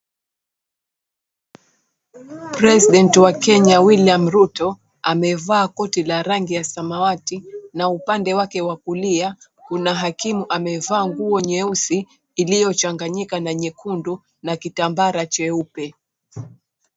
President wa Kenya William Ruto amevaa koti la rangi ya samawati na upande wake wa kulia kuna hakimu amevaa nguo nyeusi iliyochanganyika na nyekundu na kitambara cheupe.